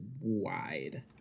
wide